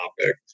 topic